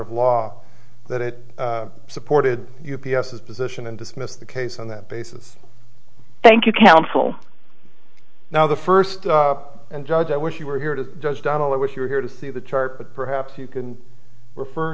of law that it supported u p s s position and dismissed the case on that basis thank you counsel now the first and judge i wish you we're here to judge donald i wish you were here to see the chart but perhaps you can refer